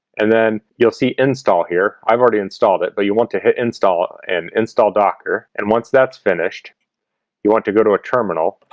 and then you'll see install here. i've already installed it but you want to hit install an install docker and once that's finished you want to go to a terminal